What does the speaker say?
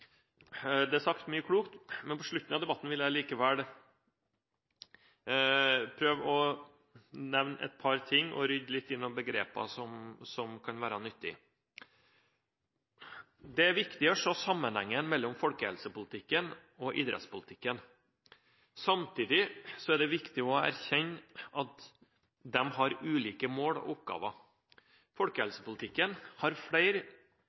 Det er sagt mye klokt, men på slutten av debatten vil jeg likevel nevne et par ting og rydde litt i noen begreper. Det kan være nyttig. Det er viktig å se sammenhengen mellom folkehelsepolitikken og idrettspolitikken. Samtidig er det viktig å erkjenne at de har ulike mål og oppgaver. Folkehelsepolitikken har flere